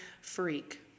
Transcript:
freak